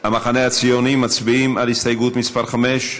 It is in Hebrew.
המחנה הציוני, מצביעים על הסתייגות מס' 5?